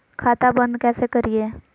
खाता बंद कैसे करिए?